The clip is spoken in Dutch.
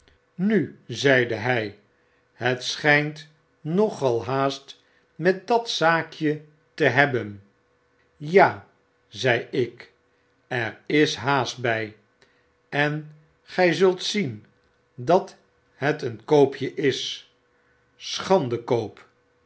nu zeide hy hetschynt noal haastmet dat zaakje te hebben ja zei ik eris haast by en gy zult zien dat het een koopje is